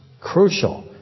crucial